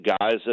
guys